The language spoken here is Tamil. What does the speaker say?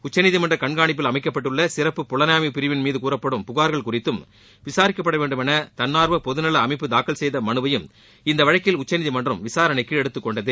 உச்சநீதிமன்ற கண்காணிப்பில் அமைக்கப்பட்டுள்ள சிறப்பு புலனாய்வு பிரிவின் மீது கூறப்படும் புகார்கள் குறித்தும் விசாரிக்கப்படவேண்டும் என தன்னார்வ பொதுநல அமைப்பு தாக்கல் செய்த மனுவையும் இந்த வழக்கில் உச்சநீதிமன்றம் விசாரணைக்கு எடுத்துக்கொண்டது